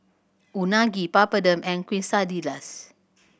Unagi Papadum and Quesadillas